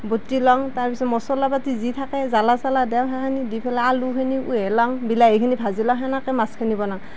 বতি লওঁ তাৰ পিছত মছলা পাতি যি থাকে জ্বালা চালা দেওঁ সেইখিনি দি পেলাই আলুখিনি মিহলাওঁ বিলাহীখিনি ভাজি লওঁ সেনেকৈ মাছখিনি বনাওঁ